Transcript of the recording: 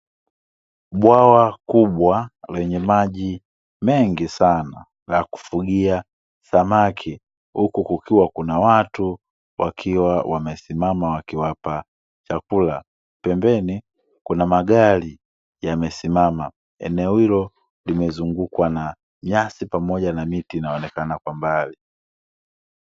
Bwawa kubwa lenye maji mengi sana la kufugia samaki huku kukiwa kuna watu wakiwa wamesimama wakiwapa chakula, pembeni kuna magari yamesimama eneo hilo limezungukwa na nyasi pamoja na miti inaonekana kwa mbali.